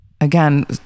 again